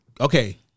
okay